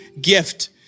gift